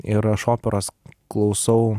ir aš operos klausau